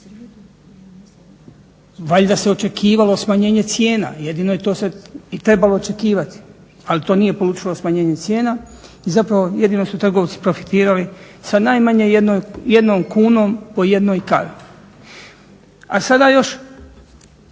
valjda se očekivalo smanjenje cijena. Jedino je to sad i trebalo očekivati, ali to nije polučilo smanjenje cijena, i zapravo jedino su trgovci profitirali sa najmanje jednom kunom po jednoj kavi. A sada još